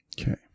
Okay